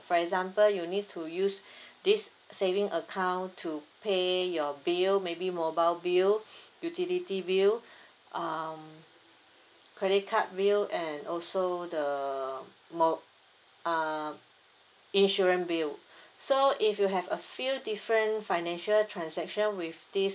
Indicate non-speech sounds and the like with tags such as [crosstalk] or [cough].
for example you need to use [breath] this saving account to pay your bill maybe mobile bill [breath] utility bill [breath] um credit card bill and also the uh insurance bill [breath] so if you have a few different financial transaction with this